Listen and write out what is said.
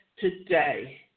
today